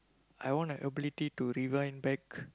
I wanna ability to rewind back